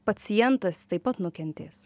pacientas taip pat nukentės